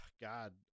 god